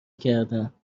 کردن